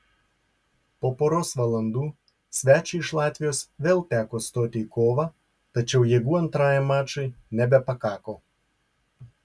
po poros valandų svečiui iš latvijos vėl teko stoti į kovą tačiau jėgų antrajam mačui nebepakako